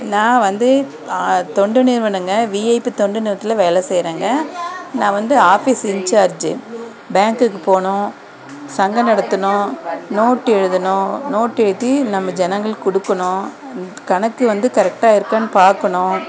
நான் வந்து தொண்டு நிறுவனம்ங்க விஐபி தொண்டு நிறுவனத்தில் வேலை செய்யறேங்க நான் வந்து ஆபீஸ் இன்சார்ஜி பேங்குக்கு போகணும் சங்கம் நடத்தணும் நோட்டு எழுதணும் நோட்டு எழுதி நம்ம ஜனங்களுக்கு கொடுக்கணும் கணக்கு வந்து கரெக்டாக இருக்கான்னு பார்க்கணும்